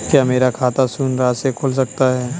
क्या मेरा खाता शून्य राशि से खुल सकता है?